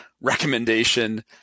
recommendation